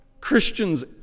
Christians